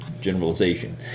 generalization